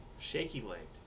shaky-legged